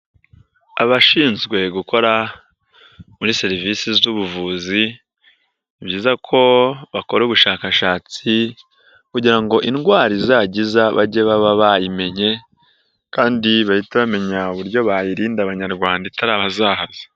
Abashinzwe gukora muri service z'ubuvuzi ,ni byiza ko bakora ubushakashatsi kugira ngo indwara izajya iza bajye baba bayimenye, kandi bahite bamenya uburyo bayirinda Abanyarwanda itari yabazahaza.